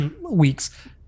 weeks